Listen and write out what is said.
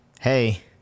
hey